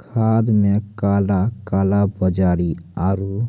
खाद मे काला कालाबाजारी आरु